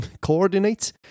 coordinates